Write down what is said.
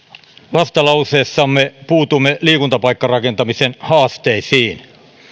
vastalauseessamme puutumme liikuntapaikkarakentamisen haasteisiin